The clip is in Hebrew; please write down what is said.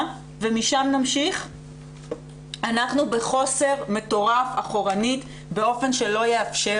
ומשם נמשיך אנחנו בחוסר מטורף אחורנית באופן שלא יאפשר